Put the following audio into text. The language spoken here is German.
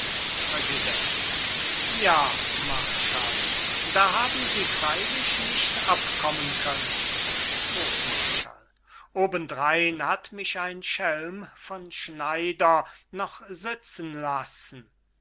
präsident ja marschall da haben sie freilich nicht abkommen können hofmarschall oben drein hat mich ein schelm von schneider noch sitzen lassen